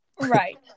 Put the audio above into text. Right